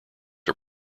are